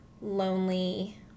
lonely